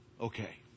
Okay